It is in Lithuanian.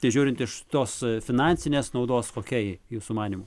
tai žiūrint iš tos finansinės naudos kokia ji jūsų manymu